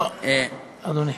לא, אדוני.